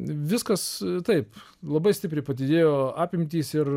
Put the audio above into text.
viskas taip labai stipriai padidėjo apimtys ir